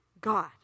God